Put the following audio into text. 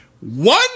One